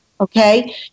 Okay